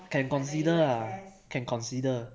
can consider ah can consider